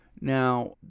Now